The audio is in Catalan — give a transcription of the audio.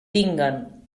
tinguen